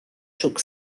took